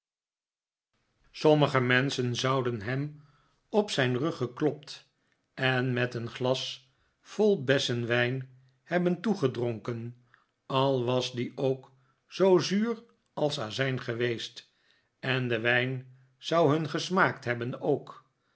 sommige menschen zouden hem op zijn rug geklopt en met een glas vol bessenwijn hebben toegedronken al was die ook zoo zuur als azijn geweest en de wijn zou hun gesmaakt hebben ook